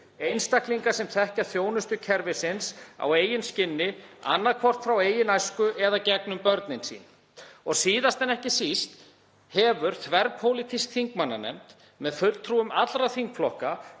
einstaklinga sem þekkja þjónustu kerfisins á eigin skinni, annaðhvort frá eigin æsku eða gegnum börnin sín. Og síðast en ekki síst hefur þverpólitísk þingmannanefnd með fulltrúum allra þingflokka